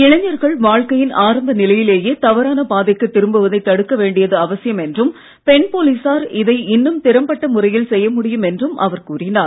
இளைஞர்கள் வாழ்க்கையின் ஆரம்ப நிலையிலேயே தவறான பாதைக்கு திரும்புவதை தடுக்க வேண்டியது அவசியம் என்றும் பெண் போலீசார் இதை இன்னும் திறம்பட்ட முறையில் செய்ய முடியும் என்றும் அவர் கூறினார்